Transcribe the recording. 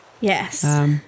Yes